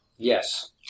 Yes